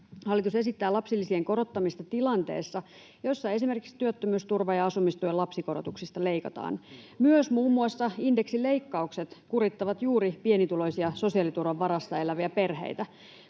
Hallitus esittää lapsilisien korottamista tilanteessa, jossa esimerkiksi työttömyysturvan ja asumistuen lapsikorotuksista leikataan. Myös muun muassa indeksileikkaukset kurittavat juuri pienituloisia, sosiaaliturvan varassa eläviä perheitä.